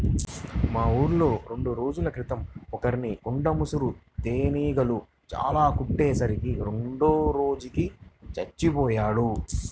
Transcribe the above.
మా ఊర్లో రెండు రోజుల కింద ఒకర్ని కొండ ముసురు తేనీగలు చానా కుట్టే సరికి రెండో రోజుకి చచ్చిపొయ్యాడు